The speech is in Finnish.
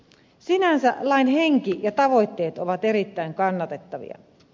sinänsä lain henki ja tavoitteet ovat erittäin kannatettavia